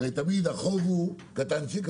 הרי תמיד החוב הוא קטנצ'יק, הוא